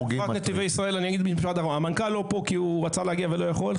--- אני רק אגיד שהמנכ"ל רצה להגיע לפה אבל הוא לא יכול.